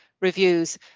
reviews